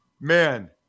Man